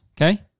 Okay